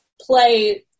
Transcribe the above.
play